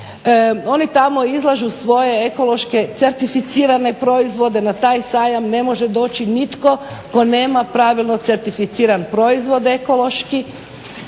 oni tamo izlažu svoje ekološke certificirane proizvode. Na taj sajam ne može doći nitko tko nema pravilno certificiran proizvod ekološki.